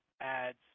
ads